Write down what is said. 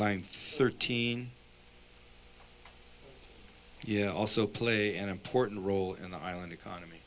line thirteen yeah also play an important role in the island economy